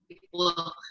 people